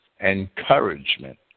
encouragement